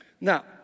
Now